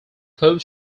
closed